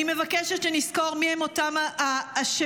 אני מבקשת שנזכור מי הם אותם האשמים